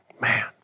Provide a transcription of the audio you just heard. man